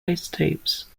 isotopes